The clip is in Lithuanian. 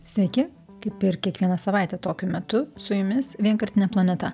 sveiki kaip ir kiekvieną savaitę tokiu metu su jumis vienkartinė planeta